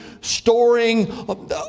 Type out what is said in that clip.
storing